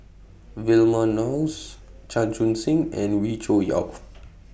Vilma Laus Chan Chun Sing and Wee Cho Yaw